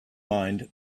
mind